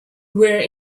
were